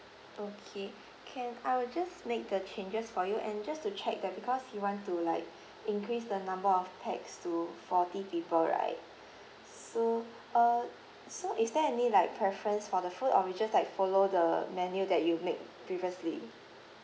okay can I will just make the changes for you and just to check uh because you want to like increase the number of pax to forty people right so uh so is there any like preference for the food or we just like follow the menu that you make previously